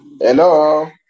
hello